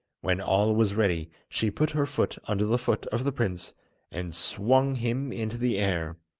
when all was ready, she put her foot under the foot of the prince and swung him into the air.